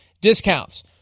discounts